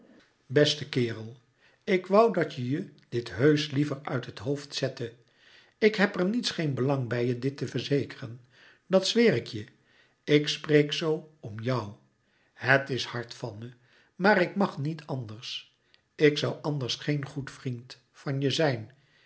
beste kerel ik woû dat je je dit heusch liever uit het hoofd zette ik heb er niets geen belang bij je dit te verzekeren dat zweer ik je ik spreek zoo om jou het is hard van me maar ik mag niet anders ik zoû anders geen goed vriend van je zijn